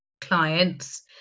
clients